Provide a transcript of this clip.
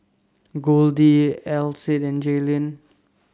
Goldie Alcide and Jaylyn